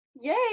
Yay